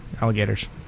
alligators